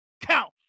count